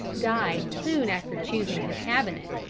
died soon after choosing his cabinet,